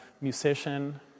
musician